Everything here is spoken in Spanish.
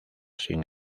sin